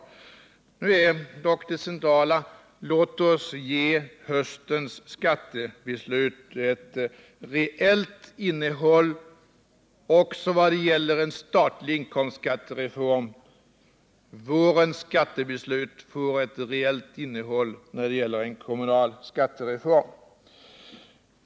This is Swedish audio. Nu är det centrala: Låt oss ge höstens skattebeslut ett reellt innehåll också vad gäller en statlig inkomstskattereform. Vårens skattebeslut får ett reellt innehåll när det gäller en kommunal skattereform.